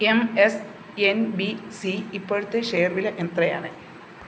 M S N B C ഇപ്പോഴത്തെ share വില എത്രയാണ്